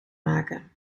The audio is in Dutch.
maken